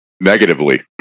negatively